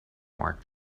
mark